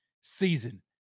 season